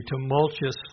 tumultuous